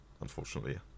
unfortunately